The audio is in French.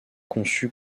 conçu